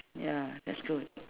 ya that's good